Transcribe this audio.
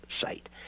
site